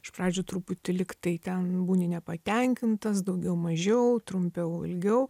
iš pradžių truputį lyg tai ten būni nepatenkintas daugiau mažiau trumpiau ilgiau